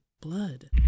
blood